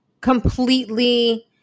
completely